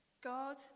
God